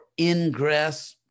ingress